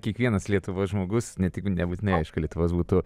kiekvienas lietuvos žmogus ne tik nebūtinai aišku lietuvos būtų